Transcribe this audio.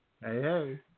hey